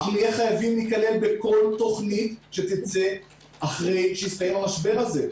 אנחנו נהיה חייבים להיכלל בכל תוכנית שתצא אחרי שיסתיים המשבר הזה.